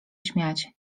śmiać